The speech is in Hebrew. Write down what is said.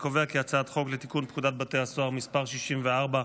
חוק לתיקון פקודת בתי הסוהר (מס' 64,